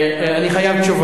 הצעה לסדר-היום, ועדה?